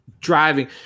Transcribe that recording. driving